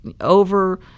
over